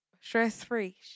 stress-free